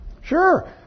Sure